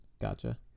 gotcha